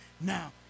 Now